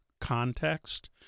context